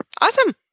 Awesome